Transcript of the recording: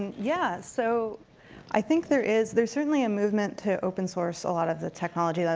yeah, so i think there is. there's certainly a movement to open-source a lot of the technology, like